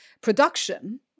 production